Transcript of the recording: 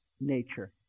nature